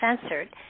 censored